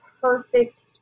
perfect